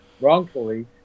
wrongfully